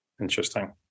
Interesting